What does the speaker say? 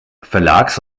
verlags